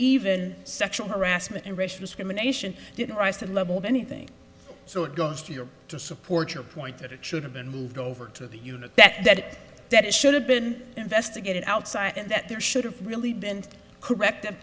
even sexual harassment and racial discrimination didn't rise to the level of anything so it goes to your to support your point that it should have been moved over to the unit that it should have been investigated outside and that there should have really been corrective